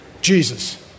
Jesus